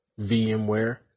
VMware